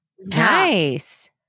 Nice